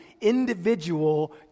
individual